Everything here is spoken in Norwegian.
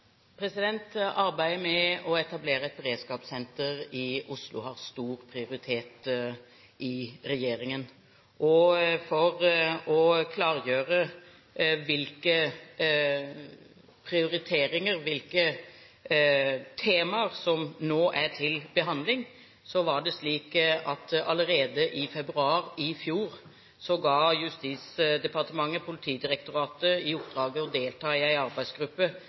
Arbeidet med å etablere et beredskapssenter i Oslo har høy prioritet i regjeringen. For å klargjøre hvilke prioriteringer, hvilke temaer som nå er til behandling, ga Justis- og beredskapsdepartementet allerede i februar i fjor Politidirektoratet i oppdrag å delta i en arbeidsgruppe